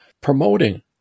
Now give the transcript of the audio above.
promoting